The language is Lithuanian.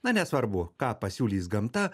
na nesvarbu ką pasiūlys gamta